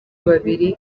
babiri